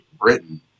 Britain